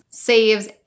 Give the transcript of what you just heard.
Saves